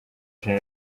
gen